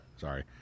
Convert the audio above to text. Sorry